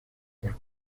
por